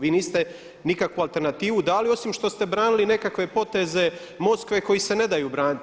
Vi niste nikakvu alternativu dali osim što ste branili nekakve poteze Moskve koji se ne daju braniti.